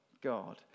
God